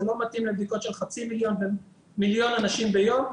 זה לא מתאים לבדיקות של חצי מיליון ומיליון אנשים ביום.